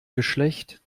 geschlecht